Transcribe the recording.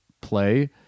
play